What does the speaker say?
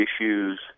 issues